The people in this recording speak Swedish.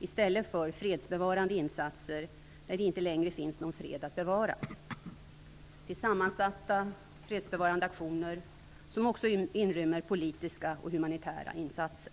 i stället för fredsbevarande insatser när det inte längre finns någon fred att bevara, ?till sammansatta fredsbevarande aktioner som också rymmer politiska och humanitära insatser.